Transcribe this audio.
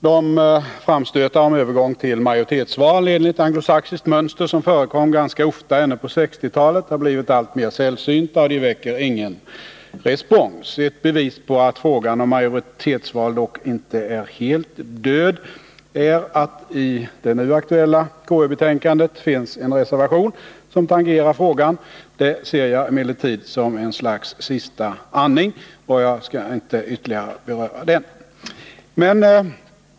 De framstötar om övergång till majoritetsval enligt anglosaxiskt mönster vilka förekom ganska ofta under 1960-talet har blivit alltmer sällsynta, och de väcker ingen respons. Ett bevis på att frågan om majoritetsval dock inte är helt död är att det i det nu aktuella KU-betänkandet finns en reservation som tangerar frågan. Det ser jag emellertid som ett slags sista andning, och jag skall inte ytterligare beröra den saken.